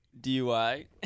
DUI